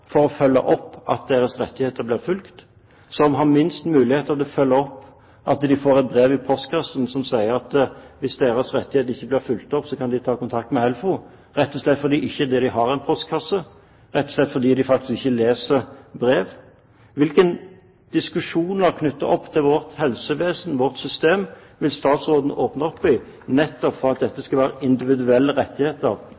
å følge opp at deres rettigheter blir fulgt opp, som har minst muligheter til å følge opp at de får et brev i postkassen som sier at hvis deres rettigheter ikke blir fulgt opp, kan de ta kontakt med HELFO, rett og slett fordi de ikke har en postkasse, og rett og slett fordi de ikke leser brev. Hvilke diskusjoner knyttet til vårt helsevesen og vårt system vil statsråden åpne opp for, for at dette